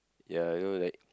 ya you know like